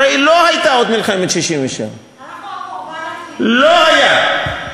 הרי לא הייתה עוד מלחמת 67'. לא הייתה.